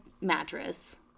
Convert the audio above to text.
mattress